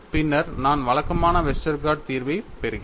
பின்னர் நான் வழக்கமான வெஸ்டர்கார்ட் தீர்வைப் பெறுகிறேன்